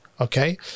okay